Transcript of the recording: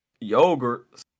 Yogurt